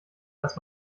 das